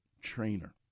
trainer